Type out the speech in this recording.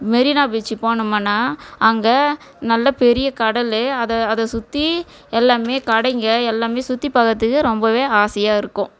Marina beach போனோமுன்னா அங்கே நல்லா பெரிய கடல் அதை அதை சுற்றி எல்லாமே கடைங்க எல்லாமே சுற்றி பார்க்கறதுக்கு ரொம்ப ஆசையாக இருக்கும்